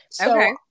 Okay